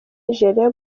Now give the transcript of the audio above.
nigeria